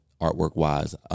artwork-wise